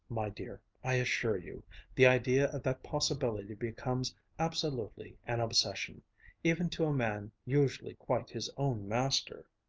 my dear, i assure you the idea of that possibility becomes absolutely an obsession even to a man usually quite his own master